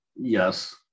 yes